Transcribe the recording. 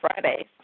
Fridays